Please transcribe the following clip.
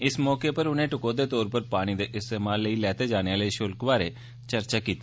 इस मौके उप्पर उनें टकोह्दे तौर उप्पर पानी दे इस्तेमाल लेई लैते जाने आह्ले षुल्क बारै चर्चा कीती